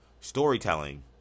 storytelling